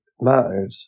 mattered